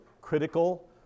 critical